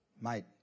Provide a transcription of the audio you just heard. Mate